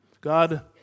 God